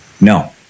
no